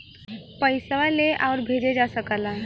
पइसवा ले आउर भेजे जा सकेला